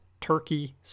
turkey